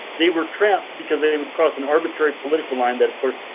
they were trapped because they would cross an arbitrary political line that of course,